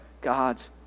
God's